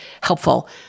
helpful